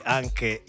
anche